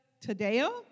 Tadeo